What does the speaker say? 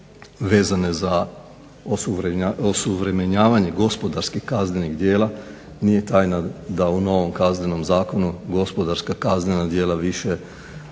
vezane za osuvremenjivanje gospodarskih kaznenih djela. Nije tajna da u novom Kaznenom zakonu gospodarska kaznena djela više ne